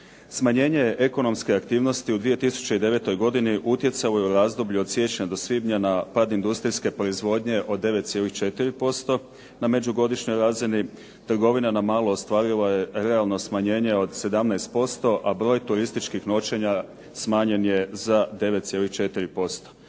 Smanjenje ekonomske aktivnosti u 2009. godini utjecalo je u razdoblju od siječnja do svibnja na pad industrijske proizvodnje od 9,4% na međugodišnjoj razini, trgovina na malo ostvarila je realno smanjenje od 17%, a broj turističkih noćenja smanjen je za 9,4%.